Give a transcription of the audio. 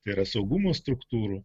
tai yra saugumo struktūrų